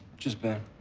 just ben.